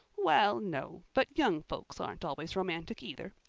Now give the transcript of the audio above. well, no but young folks aren't always romantic either.